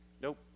Nope